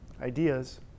ideas